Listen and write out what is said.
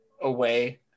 away